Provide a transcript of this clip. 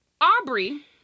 Aubrey